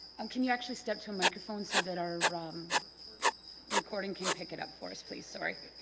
and can you actually step to a microphone so that our um recording can pick it up for us please sorry